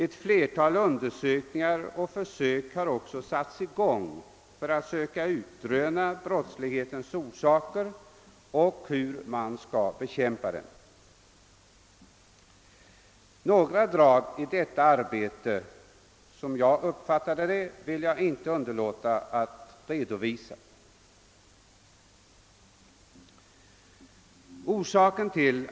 Ett flertal undersökningar och försök har också satts i gång för att söka utröna brottslighetens orsaker och hur man skall bekämpa den. Några drag i detta arbete, såsom jag uppfattade det, vill jag inte underlåta att redovisa.